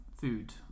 food